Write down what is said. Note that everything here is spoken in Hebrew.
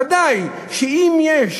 ודאי שאם יש